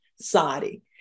Sadi